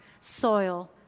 soil